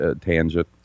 tangent